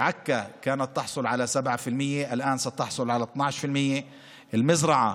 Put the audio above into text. עכו קיבלה 7%, ועכשיו תקבל 12%; מזרעה,